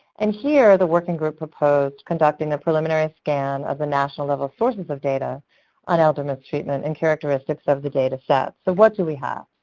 and here, the working group proposed conducting the preliminary scan of the national level sources of data on elder mistreatment and characteristics of the data set. so what do we have?